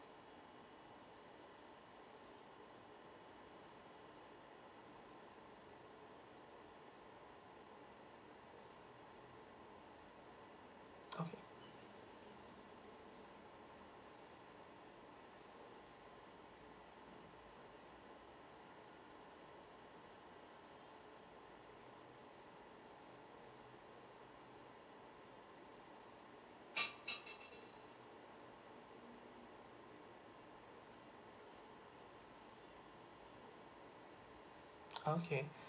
okay okay